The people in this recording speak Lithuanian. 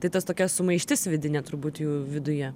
tai tas tokia sumaištis vidinė turbūt jų viduje